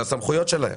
זה הסמכויות שלהם.